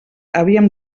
havíem